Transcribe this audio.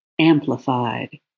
amplified